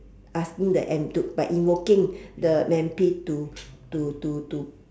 asking the M to by invoking the M_P to to to to